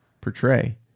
portray